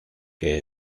que